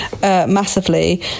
massively